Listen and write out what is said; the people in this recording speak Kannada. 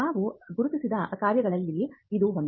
ನಾವು ಗುರುತಿಸಿದ ಕಾರ್ಯಗಳಲ್ಲಿ ಇದು ಒಂದು